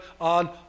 on